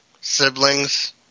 siblings